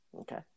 Okay